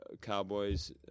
Cowboys